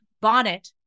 bonnet